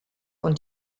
und